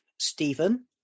Stephen